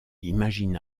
imagina